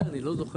אני לא זוכר,